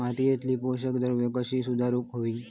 मातीयेतली पोषकद्रव्या कशी सुधारुक होई?